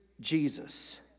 Jesus